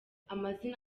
amazina